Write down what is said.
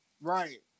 Right